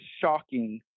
shocking